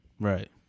Right